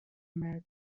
american